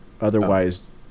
otherwise